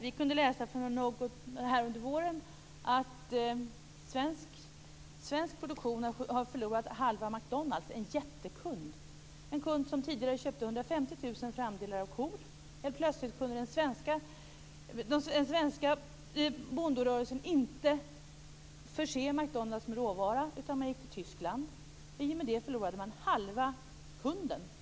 Vi kunde under våren läsa att svensk produktion har förlorat halva McDonalds som kund - en jättekund. Det är en kund som tidigare köpte 150 000 framdelar av kor. Helt plötsligt kunde den svenska bonderörelsen inte förse McDonalds med råvara, så företaget gick till Tyskland. I och med det förlorade man halva kunden.